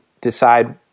decide